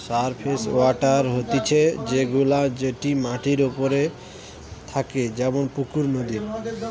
surface water হতিছে সে গুলা যেটি মাটির ওপরে থাকে যেমন পুকুর, নদী